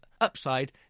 upside